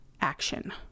action